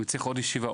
אם נצטרך עוד ישיבה,